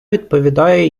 відповідає